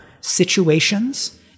situations